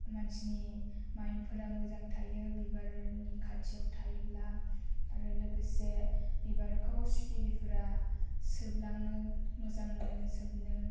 मानसिनि माइन्दफ्रा मोजां थायो बिबारनि खाथियाव थायोब्ला आरो लोगोसे बिबारखौ सिखिरिफोरा सोबलाङो मोजां मोनो सोबनो